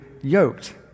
yoked